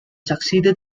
succeeded